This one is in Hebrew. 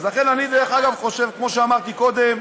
לכן, דרך אגב, אני חושב, כמו שאמרתי קודם,